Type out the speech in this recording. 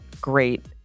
great